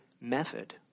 method